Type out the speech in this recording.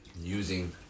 using